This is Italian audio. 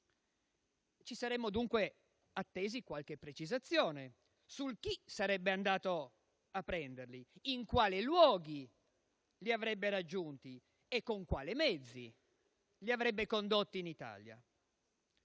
Ci saremmo dunque attesi qualche precisazione su chi sarebbe andato a prenderli e in quali luoghi e con quali mezzi li avrebbe condotti in Italia.